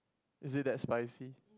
is it that spicy